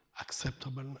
acceptable